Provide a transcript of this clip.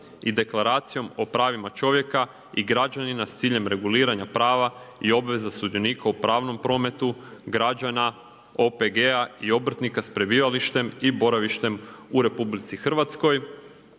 i Deklaracijom o pravima čovjeka i građanina sa ciljem reguliranja prava i obveza sudionika u pravnom prometu, građana, OPG-a i obrtnika sa prebivalištem i boravištem u RH te pravnih